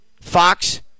Fox